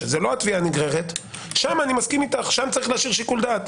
שזה לא תביעה נגררת שם אני מסכים איתך שצריך להשאיר שיקול דעת.